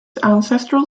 ancestral